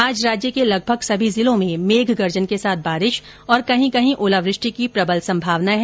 आज राज्य के लगभग सभी जिलों में मेघ गर्जन के साथ बारिश और कही कही ओलावृष्टि की प्रबल संभावना है